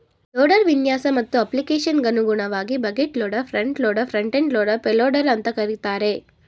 loader ವಿನ್ಯಾಸ ಮತ್ತು ಅಪ್ಲಿಕೇಶನ್ಗನುಗುಣವಾಗಿ bucket loader front loader front end loader payloader ಅಂತ ಕರೀತಾರೆ